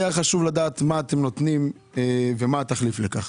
היה חשוב לדעת מה אתם נותנים ומה התחליף לכך.